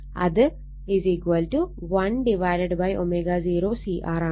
അത് 1ω0 C R ആണ്